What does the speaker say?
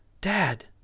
dad